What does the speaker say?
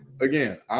again